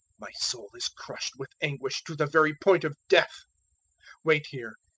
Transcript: my soul is crushed with anguish to the very point of death wait here,